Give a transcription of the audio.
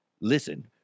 Listen